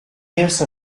use